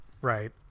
right